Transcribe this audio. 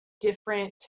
different